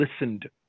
listened